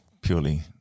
purely